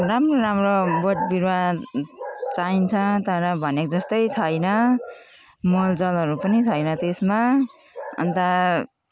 राम्रो राम्रो बोट बिरुवा चाहिन्छ तर भनेको जस्तै छैन मलजलहरू पनि छैन त्यसमा अनि त